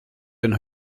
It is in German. den